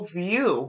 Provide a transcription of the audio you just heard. view